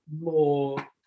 more